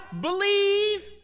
believe